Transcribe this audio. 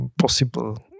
possible